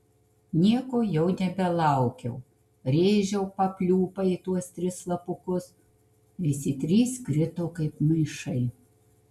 nieko jau nebelaukiau rėžiau papliūpą į tuos tris slapukus visi trys krito kaip maišai